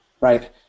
right